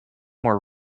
more